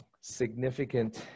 significant